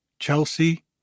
Chelsea